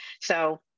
So-